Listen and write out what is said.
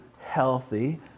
healthy